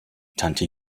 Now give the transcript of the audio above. tante